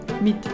mit